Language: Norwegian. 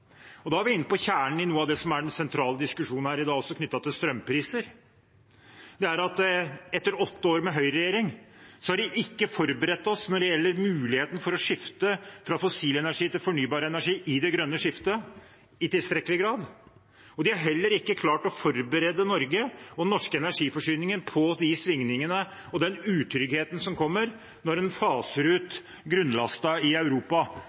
Da er vi ved kjernen i noe av det som er den sentrale diskusjonen her i dag, også knyttet til strømpriser. Det er at etter åtte år med høyreregjering har de ikke i tilstrekkelig grad forberedt oss når det gjelder muligheten for å skifte fra fossil energi til fornybar energi i det grønne skiftet. De har heller ikke klart å forberede Norge og den norske energiforsyningen på de svingningene og den utryggheten som kommer når en faser ut grunnlasten i Europa